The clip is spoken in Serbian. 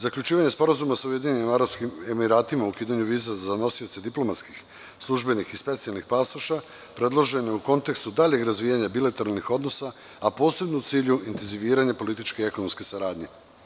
Zaključivanje sporazuma sa Ujedinjenim Arapskim Emiratima o ukidanju viza za nosioce diplomatskih i službenih specijalnih pasoša, predložen je u kontekstu daljeg razvijanja bilateralnih odnosa, a posebno u cilju intenziviranja političke ekonomske saradnje.